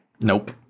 Nope